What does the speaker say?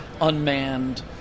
unmanned